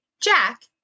Jack